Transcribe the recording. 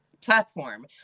platform